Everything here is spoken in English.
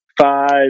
five